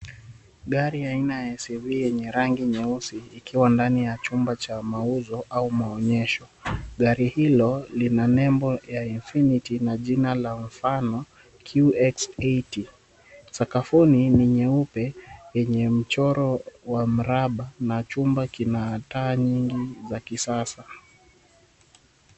Gari aina ya CUV yenye rangi nyeusi ikiwa ndani ya chumba cha mauzo au maonyesho, gari hilo lina nembo ya infinity na jina la mfano QX80. Sakafu ni nyeupe yenye mchoro wa mraba na chumba kina taa nyingi za kisasa.